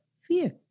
fear